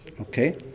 Okay